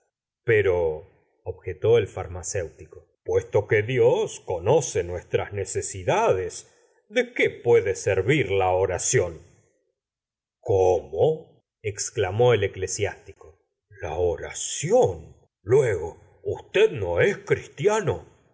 rezar pero objetó el farmacéutico puesto que dios conoce nuestras necesidades de qué puede servir la oración cómo exclamó el eclesiástico la oración luego usted no es cristiano